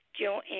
Joanne